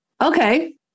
Okay